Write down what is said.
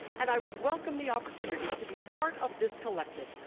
and i would welcome the opportunity to be part of this collective,